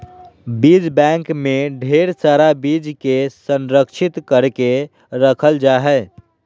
बीज बैंक मे ढेर सारा बीज के संरक्षित करके रखल जा हय